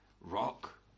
rock